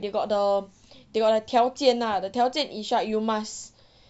they got the they got the 条件 lah the 条件 is right you must